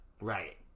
Right